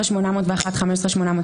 סליחה, קלנר לא הצביע.